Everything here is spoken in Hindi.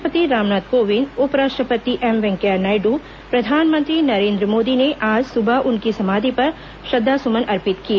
राष्ट्रपति रामनाथ कोविंद उपराष्ट्रपति एम वेंकैया नायडू प्रधानमंत्री नरेन्द्र मोदी ने आज सुबह उनकी समाधि पर श्रद्वासुमन अर्पित किए